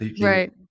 Right